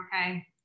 okay